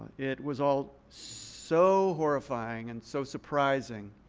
it was all so horrifying and so surprising,